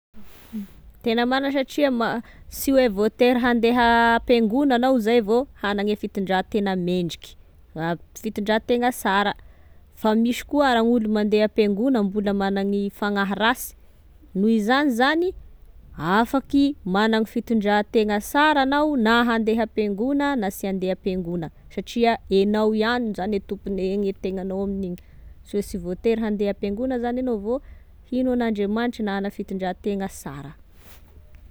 Tena marina satria ma sy hoe voatery handeha am-piangona, anao izay vao hanagne fitondrantena mendrika, a fitondran-tena sara, fa misy koa olo mandeha am-piangona mbola managny fagnahy rasy, noho izany zany afaky managny fitondran-tena sara agnao na handeha am-piangona na sy handeha am-piangona, satria enao ihany zany e tompone gne tenanao amin'iny fa sy voatery handeha am-piangona zany enao vao hino an'Andriamanitra na hana fitondran-tena sara.